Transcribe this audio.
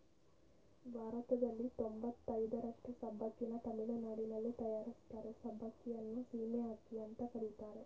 ಭಾರತದಲ್ಲಿ ತೊಂಬತಯ್ದರಷ್ಟು ಸಬ್ಬಕ್ಕಿನ ತಮಿಳುನಾಡಲ್ಲಿ ತಯಾರಿಸ್ತಾರೆ ಸಬ್ಬಕ್ಕಿಯನ್ನು ಸೀಮೆ ಅಕ್ಕಿ ಅಂತ ಕರೀತಾರೆ